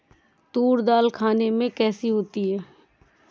तूर दाल खाने में कैसी होती है?